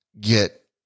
get